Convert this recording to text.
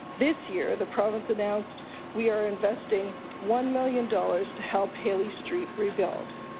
this year the province announced we are investing one million dollars to help hayley street rebuild.